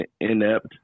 inept